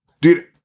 dude